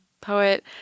poet